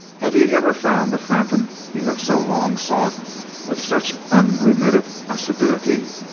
have ye ever found the phantom you have so long sought with such unremitted assiduity?